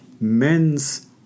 men's